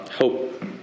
hope